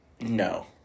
No